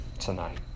tonight